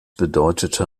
bedeutete